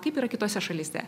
kaip yra kitose šalyse